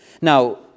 Now